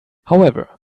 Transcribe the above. however